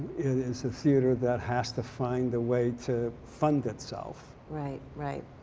is a theater that has to find a way to fund itself. right, right.